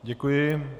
Děkuji.